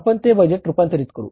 आपण ते बजेट रूपांतरित करू